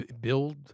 build